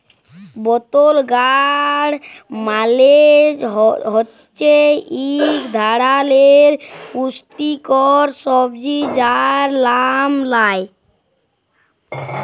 বতল গাড় মালে হছে ইক ধারালের পুস্টিকর সবজি যার লাম লাউ